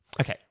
Okay